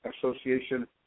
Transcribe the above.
Association